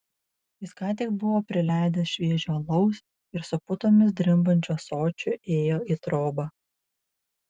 jis ką tik buvo prileidęs šviežio alaus ir su putomis drimbančiu ąsočiu ėjo į trobą